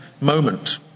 moment